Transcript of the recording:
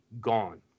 gone